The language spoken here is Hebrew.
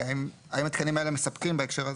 האם התקנים האלה מספקים בהקשר הזה?